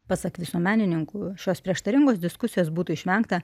pasak visuomenininkų šios prieštaringos diskusijos būtų išvengta